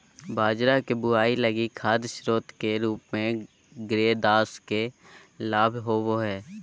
बाजरा के बुआई लगी खाद स्रोत के रूप में ग्रेदास के लाभ होबो हइ